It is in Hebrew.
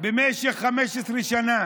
במשך 15 שנה.